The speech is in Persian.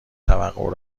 توقع